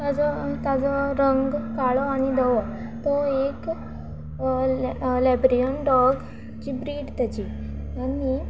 ताजो ताजो रंग काळो आनी धवो तो एक ले लेब्रेयन डॉग जी ब्रीड तेजी आनी